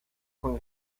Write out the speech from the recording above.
con